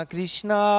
Krishna